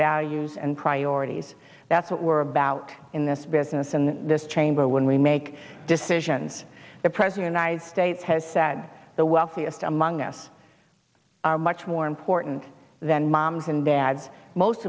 values and cry or these that's what we're about in this business and this chamber when we make decisions the president i states has said the wealthiest among us are much more important than moms and dads most